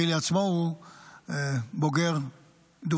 חילי עצמו הוא בוגר דובדבן,